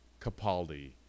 Capaldi